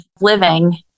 living